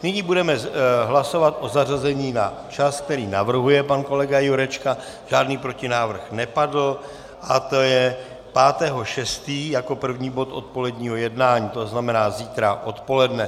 Nyní budeme hlasovat o zařazení na čas, který navrhuje pan kolega Jurečka, žádný protinávrh nepadl, a to je 5. 6. jako první bod odpoledního jednání, to znamená zítra odpoledne.